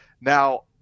now